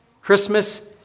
Christmas